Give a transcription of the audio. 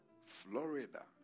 Florida